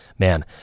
Man